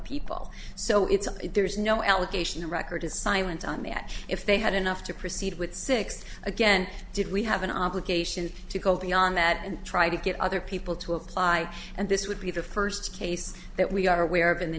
if there's no allegation the record is silent on that if they had enough to proceed with six again did we have an obligation to go beyond that and try to get other people to apply and this would be the first case that we are aware of in the